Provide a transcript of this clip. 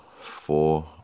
four